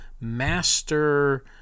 master